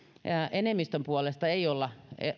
enemmistön puolesta ei olla